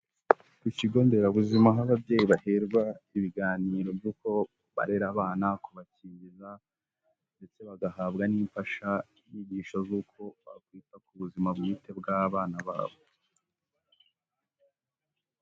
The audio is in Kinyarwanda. Ku kigo nderabuzima aho ababyeyi baherwa ibiganiro by'uko barera abana, kubakingiza ndetse bagahabwa n'imfashanyigisho z'uko bakwita ku buzima bwite bw'abana babo.